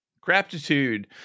gratitude